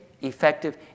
effective